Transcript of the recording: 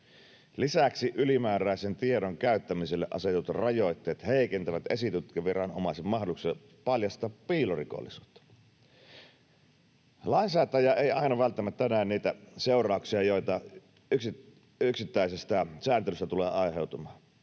Lisäksi ylimääräisen tiedon käyttämiselle asetetut rajoitteet heikentävät esitutkintaviranomaisen mahdollisuuksia paljastaa piilorikollisuutta. Lainsäätäjä ei aina välttämättä näe niitä seurauksia, joita yksittäisestä sääntelystä tulee aiheutumaan.